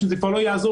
שזה כבר לא יעזור,